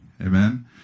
amen